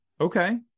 Okay